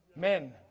Men